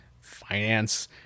finance